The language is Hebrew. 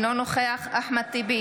אינו נוכח אחמד טיבי,